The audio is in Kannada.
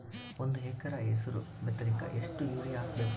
ಒಂದ್ ಎಕರ ಹೆಸರು ಬಿತ್ತಲಿಕ ಎಷ್ಟು ಯೂರಿಯ ಹಾಕಬೇಕು?